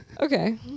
Okay